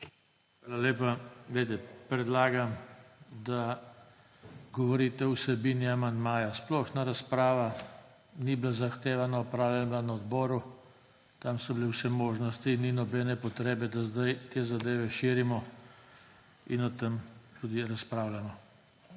Hvala lepa. Predlagam, da govorite o vsebini amandmaja. Splošna razprava ni bila zahtevana, opravljena je bila na odboru, tam so bile vse možnosti in ni nobene potrebe, da zdaj te zadeve širimo in o tem tudi razpravljamo.